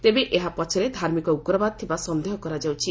ତେବେ ଏହା ପଛରେ ଧାର୍ମିକ ଉଗ୍ରବାଦ ଥିବା ସନ୍ଦେହ କରାଯାଉଛି